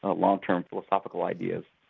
ah long term philosophical ideas,